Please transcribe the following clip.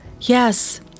Yes